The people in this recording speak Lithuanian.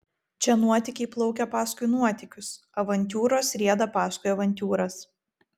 čia nuotykiai plaukia paskui nuotykius avantiūros rieda paskui avantiūras